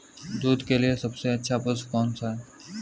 दूध के लिए सबसे अच्छा पशु कौनसा है?